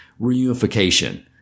reunification